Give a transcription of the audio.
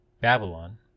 Babylon